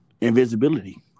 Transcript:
Invisibility